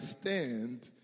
stand